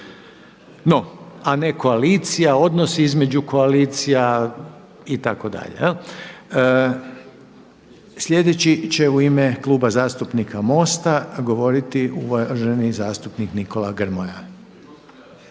tema, a ne koalicija, odnos između koalicija itd. Sljedeći će u ime Kluba zastupnika MOST-a govoriti uvaženi zastupnik Nikola Grmoja.